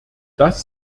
das